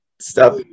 Stop